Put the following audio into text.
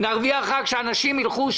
נרוויח רק שאנשים ילכו,